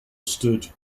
stood